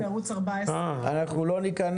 שמוליק מערוץ 14. אנחנו לא ניכנס,